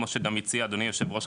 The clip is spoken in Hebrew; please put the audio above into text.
כמו שגם הציע אדוני היושב ראש,